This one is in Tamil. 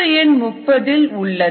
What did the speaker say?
குறிப்பு எண் 30 இல் உள்ளது